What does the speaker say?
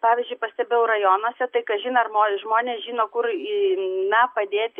pavyzdžiui pastebėjau rajonuose tai kažin ar mo žmonės žino kur į na padėti